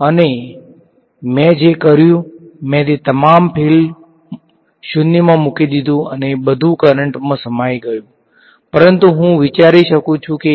તેથી મેં જે કર્યું તે મેં તમામ ફિલ્ડ 0 માં મૂકી દીધું અને બધું કરંટમાં સમાઈ ગયું પરંતુ હું વિચારી શકું છું કે